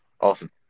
Awesome